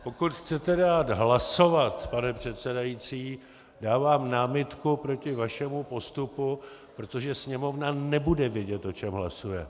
Pokud chcete dát hlasovat, pane předsedající, dávám námitku proti vašemu postupu, protože Sněmovna nebude vědět, o čem hlasuje.